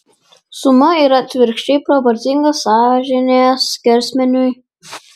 suma yra atvirkščiai proporcinga sąžinės skersmeniui